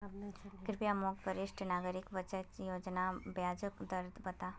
कृप्या मोक वरिष्ठ नागरिक बचत योज्नार ब्याज दर बता